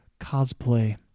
cosplay